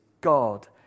God